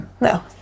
No